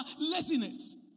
laziness